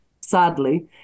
sadly